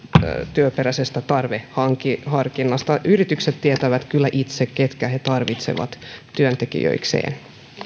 työperäisestä tarveharkinnasta yritykset tietävät kyllä itse ketkä he tarvitsevat työntekijöikseen